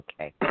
okay